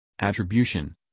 attribution